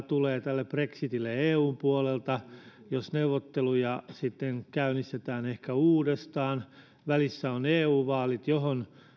tulee brexitille eun puolelta jos neuvotteluja sitten käynnistetään ehkä uudestaan välissä ovat eu vaalit joihin